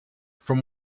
from